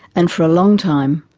and for a long time,